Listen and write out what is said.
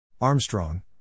Armstrong